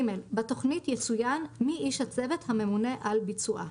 (ג) בתכנית יצוין מי איש צוות הממונה על ביצועה.